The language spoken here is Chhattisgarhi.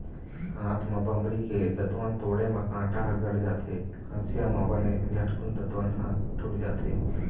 हाथ म बमरी के दतवन तोड़े म कांटा ह गड़ जाथे, हँसिया म बने झटकून दतवन ह टूट जाथे